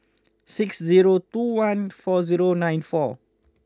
six zero two one four zero nine four